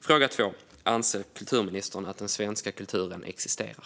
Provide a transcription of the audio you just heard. Fråga två: Anser kulturministern att den svenska kulturen existerar?